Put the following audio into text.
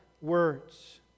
words